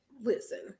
Listen